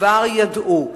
וכבר ידעו.